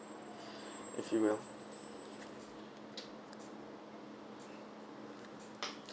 if you will